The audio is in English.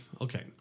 Okay